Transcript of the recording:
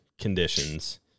conditions